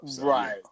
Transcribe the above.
right